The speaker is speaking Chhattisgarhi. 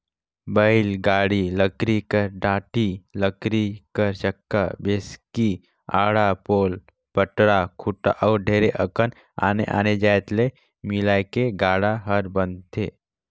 बइला गाड़ा लकरी कर डाड़ी, लकरी कर चक्का, बैसकी, आड़ा, पोल, पटरा, खूटा अउ ढेरे अकन आने आने जाएत ले मिलके गाड़ा हर बनथे